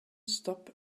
stop